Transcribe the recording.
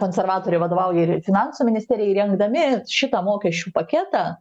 konservatoriai vadovauja ir finansų ministerijai rengdami šitą mokesčių paketą